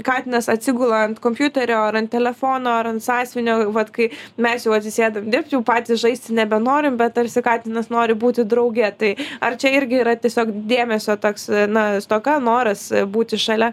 katinas atsigula ant kompiuterio ar ant telefono ar ant sąsiuvinio vat kai mes jau atsisėdam dirbt jau patys žaisti nebenorim bet tarsi katinas nori būti drauge tai ar čia irgi yra tiesiog dėmesio toks na stoka noras būti šalia